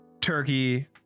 turkey